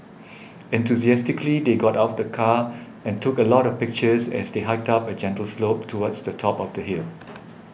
enthusiastically they got out of the car and took a lot of pictures as they hiked up a gentle slope towards the top of the hill